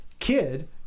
kid